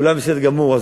כולם בסדר גמור,